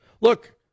Look